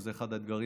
וזה אחד האתגרים